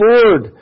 Lord